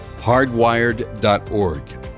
hardwired.org